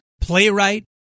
playwright